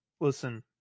Listen